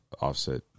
Offset